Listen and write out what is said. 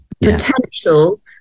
potential